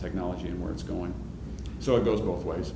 technology and where it's going so it goes both ways